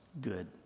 good